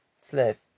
slave